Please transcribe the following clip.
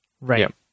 Right